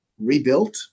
rebuilt